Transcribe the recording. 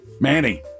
Manny